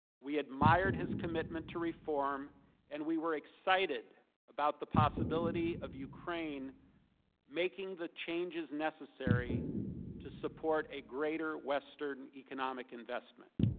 we admired his commitment to reform and were excited about the possibility of ukraine making the changes necessary to support a greater western economic development.